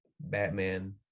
Batman